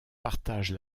partage